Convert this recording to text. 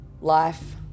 Life